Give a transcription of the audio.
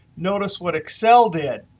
notice what excel did.